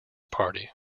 party